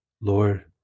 Lord